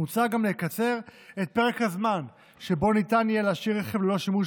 מוצע גם לקצר את פרק הזמן שבו ניתן יהיה להשאיר רכב ללא שימוש